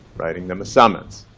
writing them a summons.